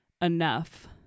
enough